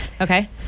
Okay